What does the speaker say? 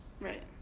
Right